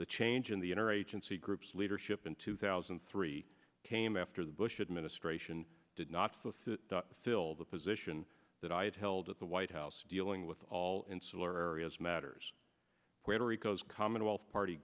the change in the inner agency group's leadership in two thousand and three came after the bush administration did not fill the position that i had held at the white house dealing with all insular areas matters greater eco's commonwealth party